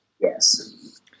yes